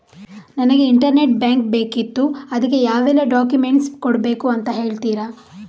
ನನಗೆ internet bank ಬೇಕಿತ್ತು ಅದಕ್ಕೆ ಯಾವೆಲ್ಲಾ ಡಾಕ್ಯುಮೆಂಟ್ಸ್ ಕೊಡ್ಬೇಕು ಅಂತ ಹೇಳ್ತಿರಾ?